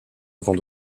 avant